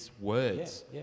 words